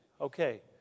Okay